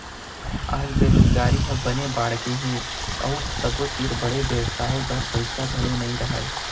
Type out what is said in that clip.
आज बेरोजगारी ह बने बाड़गे गए हे अउ सबो तीर बड़े बेवसाय बर पइसा घलौ नइ रहय